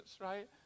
right